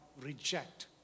reject